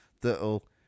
that'll